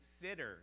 consider